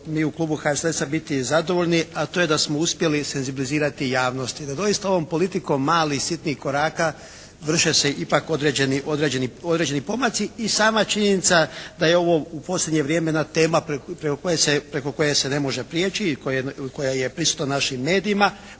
mi u klubu HSLS-a biti zadovoljni, a to je da smo uspjeli senzibilizirati javnost i da doista ovom politikom malih sitnih koraka vrše se ipak određeni pomaci i sama činjenica da je ovo u posljednje vrijeme jedna tema preko koje se ne može prijeći i koja je prisutna u našim medijima,